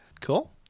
Cool